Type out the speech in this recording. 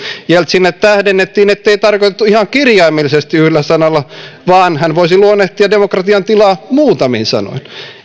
jeltsinille tähdennettiin ettei tarkoitettu ihan kirjaimellisesti yhdellä sanalla vaan hän voisi luonnehtia demokratian tilaa muutamin sanoin